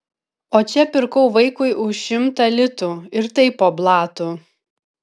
o čia pirkau vaikui už šimtą litų ir tai po blatu